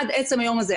עד עצם היום הזה,